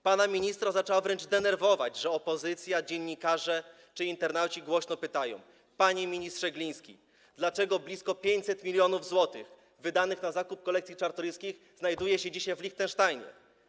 Pana ministra zaczęło wręcz denerwować, że opozycja, dziennikarze czy internauci głośno pytają: Panie ministrze Gliński, dlaczego blisko 500 mln zł wydanych na zakup kolekcji Czartoryskich znajduje się dzisiaj w Lichtensteinie?